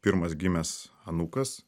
pirmas gimęs anūkas